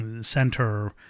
Center